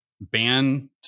ban